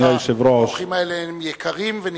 האורחים האלה יקרים ונכבדים.